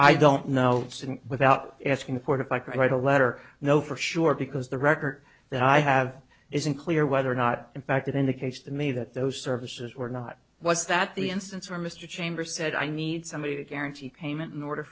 i don't know without asking the court if i could write a letter know for sure because the record that i have is unclear whether or not in fact it indicates to me that those services were not was that the instance where mr chambers said i need somebody to guarantee payment in order